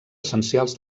essencials